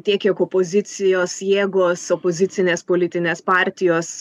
tiek kiek opozicijos jėgos opozicinės politinės partijos